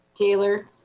Taylor